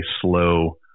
slow